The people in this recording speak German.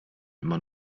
immer